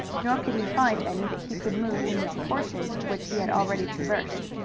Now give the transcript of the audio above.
nor could he find any that he could move in the portions which he had already traversed.